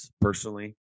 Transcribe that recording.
personally